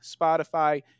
Spotify